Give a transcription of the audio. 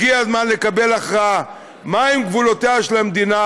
הגיע הזמן לקבל הכרעה מה הם גבולותיה של המדינה,